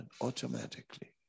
automatically